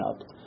up